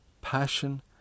passion